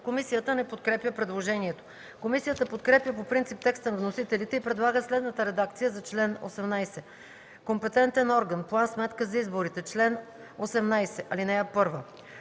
Комисията не подкрепя предложението. Комисията подкрепя по принцип текста на вносителите и предлага следната редакция за чл. 18: „Компетентен орган. План-сметка за изборите „Чл. 18. (1)